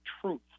truth